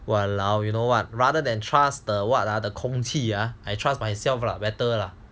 !walao! you know what rather than trust the what ah 空气 ah I trust myself lah better lah